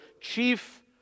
chief